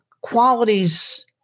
qualities